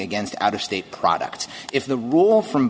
against out of state product if the rule from